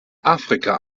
afrika